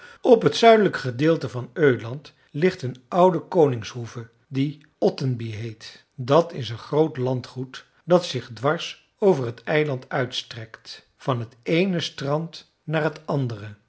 op het zuidelijk gedeelte van öland ligt een oude koningshoeve die ottenby heet dat is een groot landgoed dat zich dwars over het eiland uitstrekt van het eene strand naar het andere